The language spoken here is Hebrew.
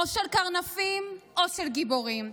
או של קרנפים או של גיבורים,